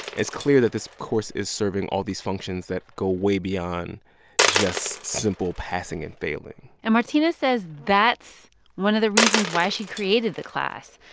it's clear that this course is serving all these functions that go way beyond just simple passing and failing and martina says that's one of the reasons why she created the class.